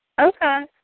Okay